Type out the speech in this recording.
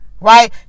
right